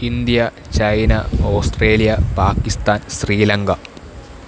India China Australia Pakistan Sri Lanka